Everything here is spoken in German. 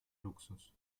luxus